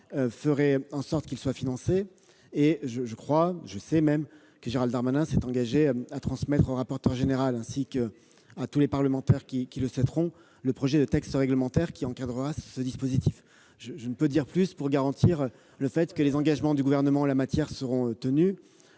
se sont engagés à financer. Je sais que Gérald Darmanin s'est engagé à transmettre au rapporteur général, ainsi qu'à tous les parlementaires qui le souhaiteraient, le projet de texte réglementaire qui encadrera ce dispositif. Je ne peux dire plus pour garantir que les engagements du Gouvernement seront tenus.